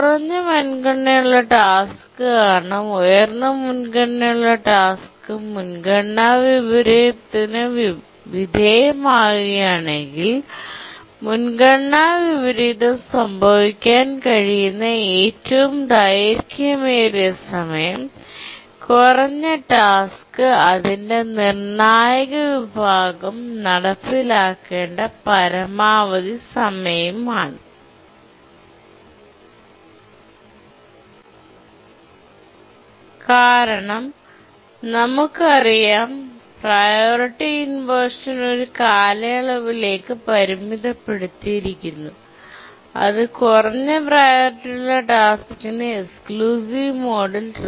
കുറഞ്ഞ മുൻഗണനയുള്ള ടാസ്ക് കാരണം ഉയർന്ന മുൻഗണനയുള്ള ടാസ്ക് മുൻഗണനാ വിപരീതത്തിന് വിധേയമാകുകയാണെങ്കിൽ മുൻഗണനാ വിപരീതം സംഭവിക്കാൻ കഴിയുന്ന ഏറ്റവും ദൈർഘ്യമേറിയ സമയം കുറഞ്ഞ മുൻഗണനയുള്ള ടാസ്ക് അതിന്റെ നിർണ്ണായക വിഭാഗം നടപ്പിലാക്കേണ്ട പരമാവധി സമയമാണ് കാരണം നമുക്കറിയാം പ്രിയോറിറ്റി ഇൻവെർഷൻ ഒരു കാലയളവിലേക്ക് പരിമിതപ്പെടുത്തിയിരിക്കുന്നു അത് കുറഞ്ഞ പ്രിയോറിറ്റിയുള്ള ടാസ്ക്കിന് എക്സ്ക്ലൂസീവ് മോഡിൽexclusive mode